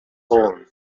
own